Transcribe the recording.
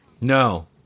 No